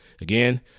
Again